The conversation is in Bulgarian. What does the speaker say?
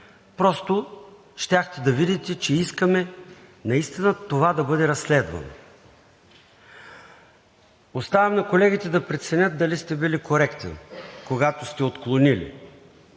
просто щяхте да видите, че искаме наистина това да бъде разследвано. Оставям на колегите да преценят дали сте били коректен, когато сте отклонили.